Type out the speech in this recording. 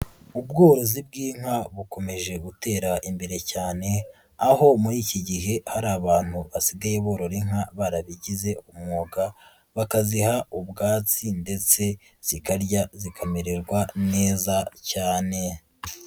Ubworozi bw'inka bukomeje gutera imbere cyane aho muri iki gihe hari abantu basigaye borora inka barabigize umwuga bakaziha ubwatsi ndetse zikarya zikamererwa neza cyane.